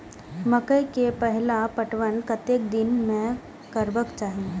मकेय के पहिल पटवन कतेक दिन में करबाक चाही?